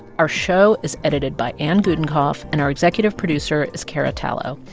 our show is edited by anne gudenkauf, and our executive producer is cara tallo.